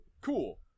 Cool